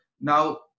now